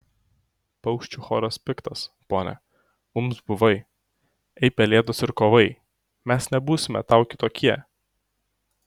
paukščių choras piktas pone mums buvai ei pelėdos ir kovai mes nebūsime tau kitokie